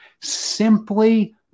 simply